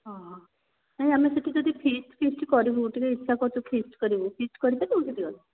ହଁ ହଁ ନାଇଁ ଆମେ ସେଇଠି ଯଦି ଫିଷ୍ଟ୍ କିଛି କରିବୁ ଟିକିଏ ଇଚ୍ଛା କରିଛୁ ଫିଷ୍ଟ୍ କରିବୁ ଫିଷ୍ଟ୍ କରି ପାରିବୁ ସେଇଠି କ'ଣ